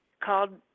called